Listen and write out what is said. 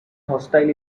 hostile